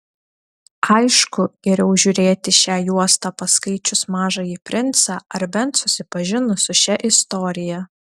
aišku geriau žiūrėti šią juostą paskaičius mažąjį princą ar bent susipažinus su šia istorija